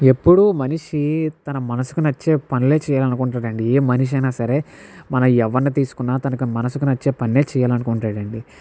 ఎప్పుడూ మనిషి తన మనసుకు నచ్చే పనులే చేయాలనుకుంటున్నాడండి ఏ మనిషి అయినా సరే మన ఎవర్ని తీసుకున్న తనకు మనసుకు నచ్చే పనినే చేయాలనుకుంటాడండి